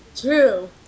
True